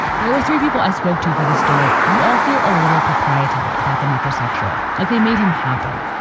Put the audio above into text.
there were three people i spoke to for this story. you all feel a little proprietary about the metrosexual. like they made him happen.